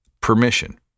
Permission